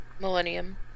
Millennium